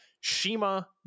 Shima